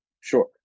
Sure